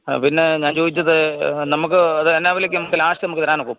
ആ പിന്നെ ഞാൻ ചോദിച്ചത് നമുക്ക് എന്തു വിലയ്ക്ക് നമുക്ക് ലാസ്റ്റ് നമുക്ക് തരുവാനൊക്കും